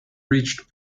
reached